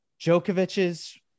Djokovic's